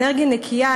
אנרגיה נקייה,